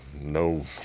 no